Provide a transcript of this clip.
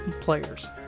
players